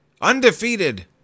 undefeated